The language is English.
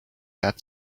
had